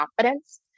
confidence